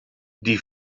die